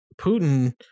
Putin